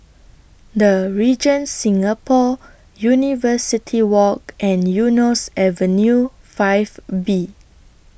The Regent Singapore University Walk and Eunos Avenue five B